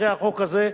אחרי החוק הזה,